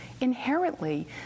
inherently